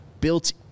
built